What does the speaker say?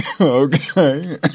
Okay